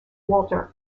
walter